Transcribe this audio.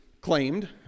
claimed